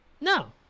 No